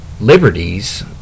liberties